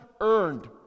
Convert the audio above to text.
earned